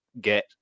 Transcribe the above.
get